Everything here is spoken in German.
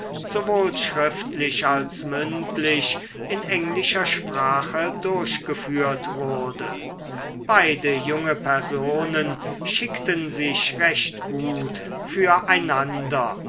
sowohl schriftlich als mündlich in englischer sprache durchgeführt wurde beide junge personen schickten sich recht gut